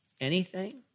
anything